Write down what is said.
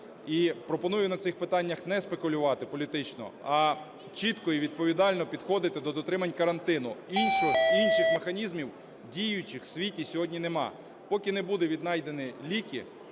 І пропоную на цих питаннях не спекулювати політично, а чітко і відповідально підходити до дотримань карантину. Інших механізмів діючих в світі сьогодні немає. Поки не будуть віднайдені ліки,